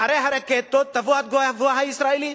אחרי הרקטות תבוא התגובה הישראלית.